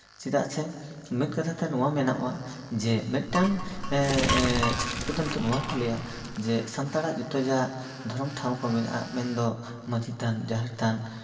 ᱪᱮᱫᱟᱜ ᱥᱮ ᱢᱤᱫ ᱠᱟᱛᱷᱟᱛᱮ ᱱᱚᱣᱟ ᱢᱮᱱᱚᱜᱼᱟ ᱡᱮ ᱢᱤᱫᱴᱟᱝ ᱮᱜ ᱪᱷᱟᱹᱛᱤᱠ ᱠᱚᱫᱚ ᱱᱤᱛᱚᱜ ᱱᱚᱣᱟ ᱠᱚ ᱞᱟᱹᱭᱟ ᱡᱮ ᱥᱟᱱᱛᱟᱲᱟᱜ ᱡᱚᱛ ᱡᱟ ᱫᱷᱚᱨᱚᱢ ᱴᱷᱟᱶ ᱠᱚ ᱢᱮᱱᱟᱜᱼᱟ ᱢᱮᱱ ᱫᱚ ᱢᱟᱹᱡᱷᱤ ᱛᱷᱟᱱ ᱡᱟᱦᱮᱨ ᱛᱷᱟᱱ